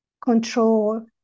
control